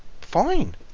fine